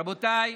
רבותיי,